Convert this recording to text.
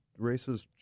racist